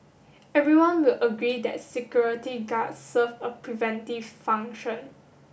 everyone will agree that security guards serve a preventive function